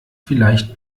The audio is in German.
vielleicht